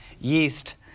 yeast